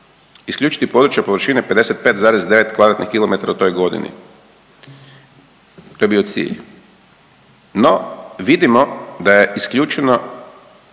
isključiti područje površine 55,9 kvadratnih kilometara u toj godini. To je bio cilj. No, vidimo da je isključeno